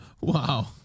Wow